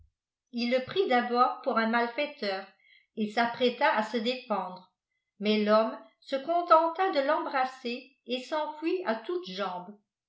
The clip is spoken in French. il le prit d'abord pour un malfaiteur et s'apprêta à se défendre mais l'homme se contenta de l'embrasser et s'enfuit à toutes jambes